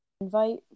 invite